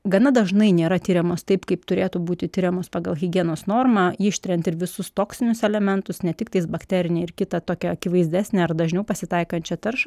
gana dažnai nėra tiriamos taip kaip turėtų būti tiriamos pagal higienos normą ištiriant ir visus toksinius elementus ne tiktais bakterinę ir kitą tokią akivaizdesnę ar dažniau pasitaikančią taršą